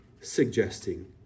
suggesting